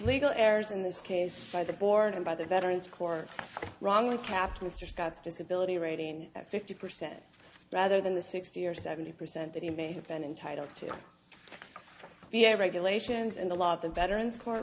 legal errors in this case by the board and by the veterans corps wrongly kept mr scott's disability rating at fifty percent rather than the sixty or seventy percent that he may have been entitled to be a regulations and the law of the veterans court